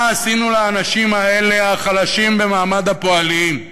מה עשינו לאנשים האלה, החלשים במעמד הפועלים,